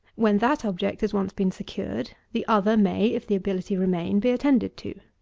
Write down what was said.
when that object has once been secured, the other may, if the ability remain, be attended to.